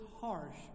harsh